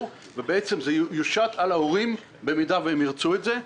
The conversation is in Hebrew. ובעצם זה יושת על ההורים במידה והם ירצו את זה.